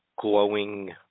glowing